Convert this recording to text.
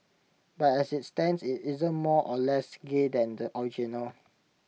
but as IT stands IT isn't more or less gay than the original